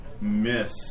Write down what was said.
miss